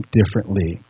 differently